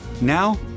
Now